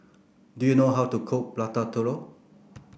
do you know how to cook Prata Telur